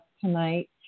tonight